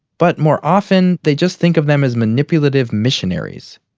but more often, they just think of them as manipulative missionaries.